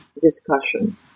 discussion